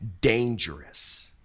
dangerous